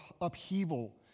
upheaval